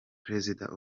prezida